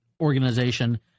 organization